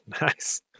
Nice